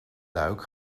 luik